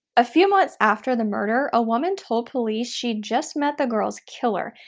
a few months after the murder, a woman told police she'd just met the girl's killer,